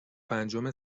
پنجم